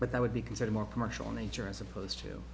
but that would be considered more commercial in nature as opposed to